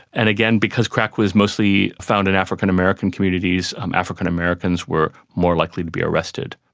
and again, because crack was mostly found in african american communities, um african americans were more likely to be arrested.